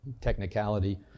technicality